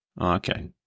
Okay